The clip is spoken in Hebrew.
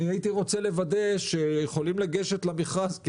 אני הייתי רוצה לוודא שכולם יכולים לגשת למכרז.